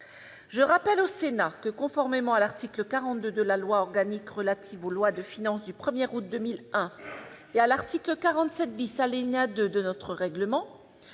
Je rappelle au Sénat que, conformément à l'article 42 de la loi organique relative aux lois de finances du 1 août 2001 et à l'article 47 alinéa 2, de notre règlement,